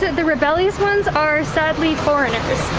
the rebellious ones are sadly foreigners.